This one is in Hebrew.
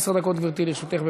עשר דקות, גברתי, לרשותך.